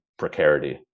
precarity